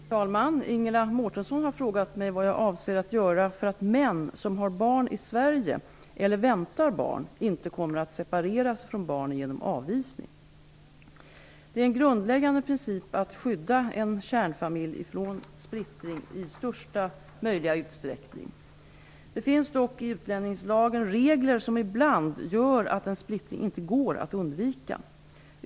Fru talman! Ingela Mårtensson har frågat mig vad jag avser att göra för att män som har barn i Sverige eller väntar barn inte kommer att separeras från barnen genom avvisning. Det är en grundläggande princip att i största möjliga utsträckning skydda en kärnfamilj från splittring. Det finns dock i utlänningslagen regler som ibland gör att en splittring inte går att undvika.